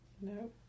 No